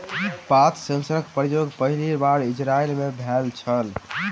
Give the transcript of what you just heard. पात सेंसरक प्रयोग पहिल बेर इजरायल मे भेल छल